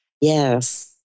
Yes